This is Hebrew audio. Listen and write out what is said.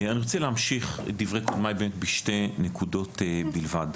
אני רוצה להמשיך את דברי קודמיי בשתי נקודות בלבד.